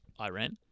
Iran